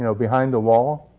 you know behind the wall,